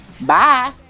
Bye